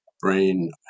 brain